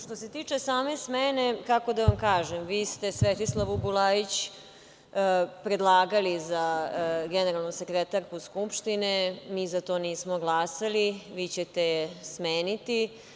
Što se tiče same smene, kako da vam kažem, vi ste Svetislavu Bulajić predlagali za generalnu sekretarku Skupštine, mi za to nismo glasali, vi ćete je smeniti.